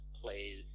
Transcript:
plays